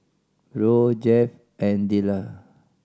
Roe Jeff and Dellar